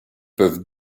peuvent